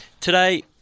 Today